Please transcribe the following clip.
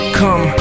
come